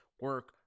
Work